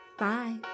Bye